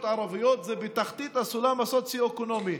ערביות הן בתחתית הסולם הסוציו-אקונומי.